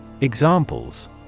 Examples